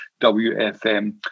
WFM